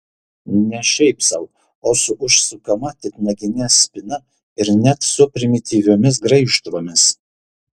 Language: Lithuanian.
ne šiaip sau o su užsukama titnagine spyna ir net su primityviomis graižtvomis